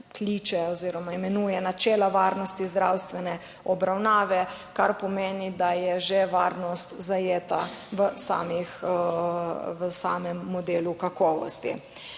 kliče oziroma imenuje načela varnosti zdravstvene obravnave, kar pomeni, da je že varnost zajeta v samih, v samem modelu kakovosti.